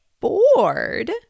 Bored